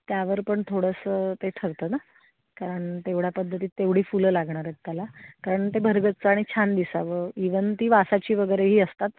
त्यावर पण थोडंसं ते ठरतं ना कारण तेवढ्या पद्धतीत तेवढी फुलं लागणार आहेत त्याला कारण ते भरगच्च आणि छान दिसावं इव्हन ती वासाची वगैरेही असतात